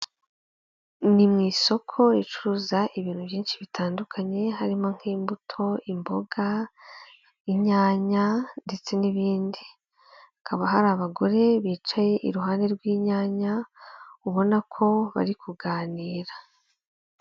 Ni mu isoko ricuruza ibintu byinshi bitandukanye harimo nk'imbuto, imboga, inyanya ndetse n'ibindi. Hakaba hari abagore bicaye iruhande rw'inyanya, ubona ko bari kuganira.